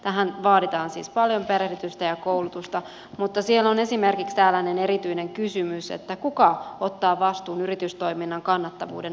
tähän vaaditaan siis paljon perehdytystä ja koulutusta mutta siellä on esimerkiksi tällainen erityinen kysymys kuka ottaa vastuun yritystoiminnan kannattavuuden arvioinnista